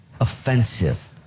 offensive